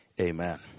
amen